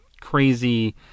crazy